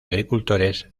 agricultores